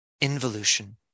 involution